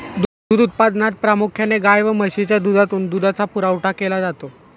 दूध उत्पादनात प्रामुख्याने गाय व म्हशीच्या दुधातून दुधाचा पुरवठा केला जातो